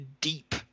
deep